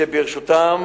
בלוני גז באזור רחביה.